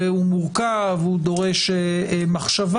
הוא מורכב, הוא דורש מחשבה.